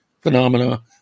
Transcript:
phenomena